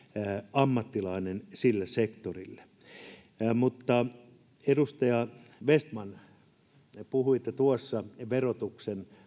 ammattilainen sille sektorille edustaja vestman te puhuitte tuossa verotuksen